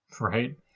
right